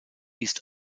east